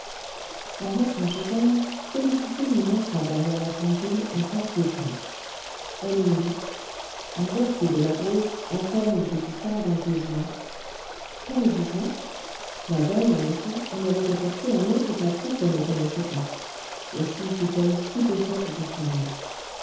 en rentrant chez elle félicité lui montra derrière la pendule un papier gris elle lut en vertu de la grosse en forme exécutoire d'un jugement quel jugement la veille en effet on avait apporté un autre papier qu'elle ne connaissait pas aussi fut-elle stupéfaite de ces mots